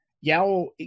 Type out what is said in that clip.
Yao